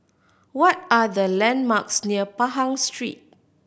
what are the landmarks near Pahang Street